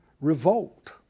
revolt